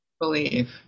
believe